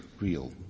real